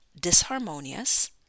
disharmonious